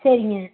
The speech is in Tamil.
சரிங்க